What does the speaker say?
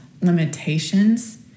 limitations